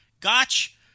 Gotch